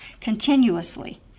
continuously